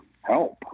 help